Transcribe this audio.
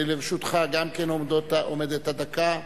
לרשותך גם כן עומדת דקה.